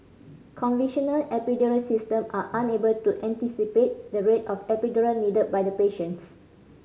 conventional epidural system are unable to anticipate the rate of epidural needed by the patients